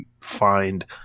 find